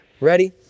Ready